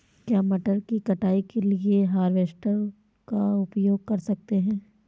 क्या मटर की कटाई के लिए हार्वेस्टर का उपयोग कर सकते हैं?